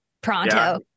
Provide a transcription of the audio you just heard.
pronto